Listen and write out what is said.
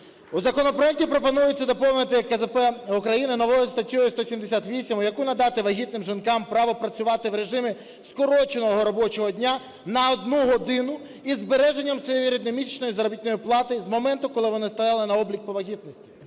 В законопроекті пропонується доповнити КЗпП України новою статтею 178, якою надати вагітним жінкам право працювати в режимі скороченого робочого дня на одну годину із збереженням середньомісячної заробітної плати з моменту, коли вона стала на облік по вагітності.